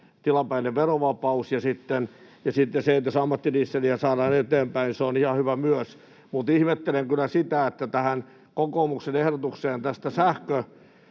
tilapäinen verovapaus, ja sitten jos ammattidieseliä saadaan eteenpäin, niin se on ihan hyvä myös. Mutta ihmettelen kyllä sitä, että kokoomuksen ehdotusta